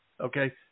Okay